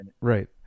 right